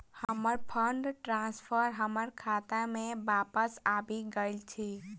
हमर fund transfer हमर खाता मे बापस आबि गइल अछि